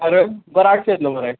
आरे आर्टस घेतलो मरे